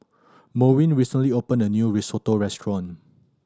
Merwin recently opened a new Risotto Restaurant